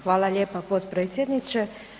Hvala lijepa potpredsjedniče.